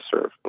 serve